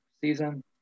season